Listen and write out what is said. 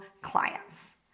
clients